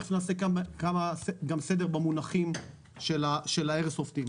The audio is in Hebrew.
תיכף נעשה סדר במונחים של האיירסופט.